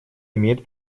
имеет